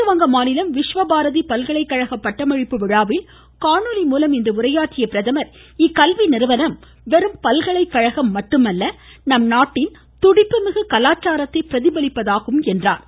மேற்குவங்க மாநிலம் விஸ்வபாரதி பல்கலைகழக பட்டமளிப்பு விழாவில் இன்று காணொலி மூலம் உரையாற்றிய பிரதமர் இக்கல்வி நிறுவனம் வெறும் பல்கலைகழகம் மட்டுமல்ல நம் நாட்டின் துடிப்பு மிகு கலாச்சாரத்தை பிரதிபலிப்பதாகும் என்றார்